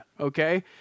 okay